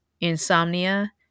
insomnia